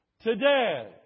Today